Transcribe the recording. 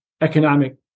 economic